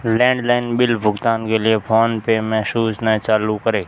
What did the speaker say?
landline bill भुगतान के लिए फ़ोनपे में सूचनाएँ चालू करें